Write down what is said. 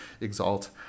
exalt